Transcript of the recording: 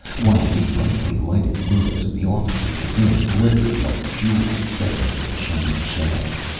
while the brightly-lighted windows of the offices within glittered like jewels set into the shining shaft.